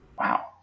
Wow